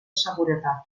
seguretat